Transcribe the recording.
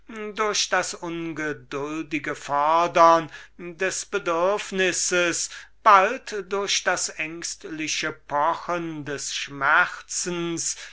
durch das ungedultige fodern des bedürfnisses bald durch das ängstliche pochen des schmerzens